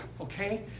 okay